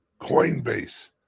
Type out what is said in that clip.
Coinbase